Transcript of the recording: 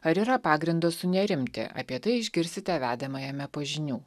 ar yra pagrindo sunerimti apie tai išgirsite vedamajame po žinių